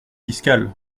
fiscal